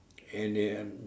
and they have